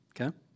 Okay